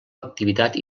activitat